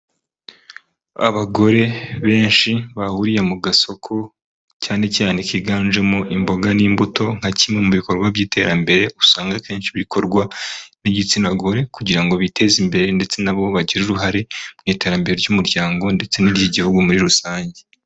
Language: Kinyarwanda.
Abagore benshi bahuriye mu gasoko cyane cyane kiganjemo imboga n'imbuto nka kimwe mu bikorwa by'iterambere usanga akenshi bikorwa n'igitsina gore kugira ngo biteze imbere ndetse nabo bagire uruhare mu iterambere ry'umuryango ndetse n'iry'igihugu muri rusange.